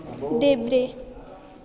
देब्रे